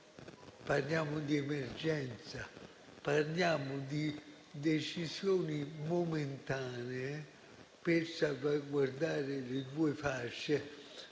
parliamo di emergenza, parliamo di decisioni momentanee per salvaguardare le due fasce,